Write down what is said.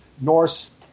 Norse